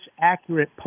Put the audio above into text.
accurate